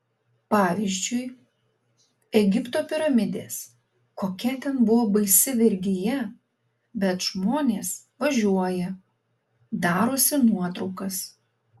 pavyzdžiui egipto piramidės kokia ten buvo baisi vergija bet žmonės važiuoja darosi nuotraukas